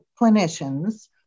clinicians